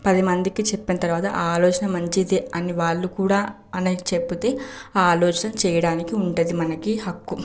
పది మందికి చెప్పిన తరువాత ఆ ఆలోచన మంచిదే అని వాళ్ళు కూడా అని చెప్పితే ఆ ఆలోచన చేయడానికి ఉంటుంది మనకి హక్కు